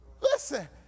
listen